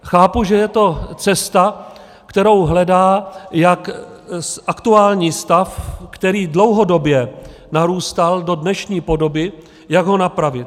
Chápu, že je to cesta, kterou hledá, jak aktuální stav, který dlouhodobě narůstal do dnešní podoby, napravit.